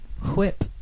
whip